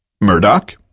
Murdoch